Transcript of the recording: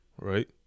right